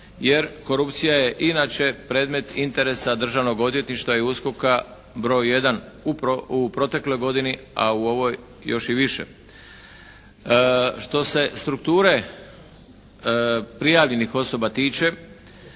jer korupcija je i inače predmet interesa Državnog odvjetništva i USKOK-a broj jedan, u protekloj godini ali u ovoj još i više. Što se strukture prijavljenih osoba tiče